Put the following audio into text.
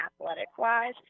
athletic-wise